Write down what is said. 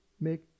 make